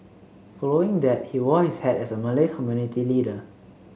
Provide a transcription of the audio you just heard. following that he wore his hat as a Malay community leader